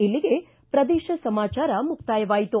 ಇಲ್ಲಿಗೆ ಪ್ರದೇಶ ಸಮಾಚಾರ ಮುಕ್ತಾಯವಾಯಿತು